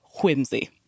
whimsy